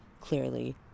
Clearly